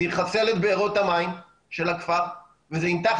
זה יחסל את בארות המים של הכפר וזה ימתח